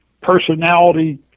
personality